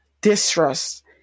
distrust